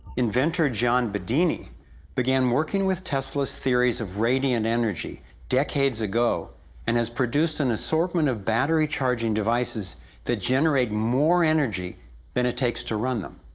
inventor john bedini began working with tesla's theories of radiant energy decades ago and has produced an assortment of battery-charging devices that generate more energy than it takes to run them.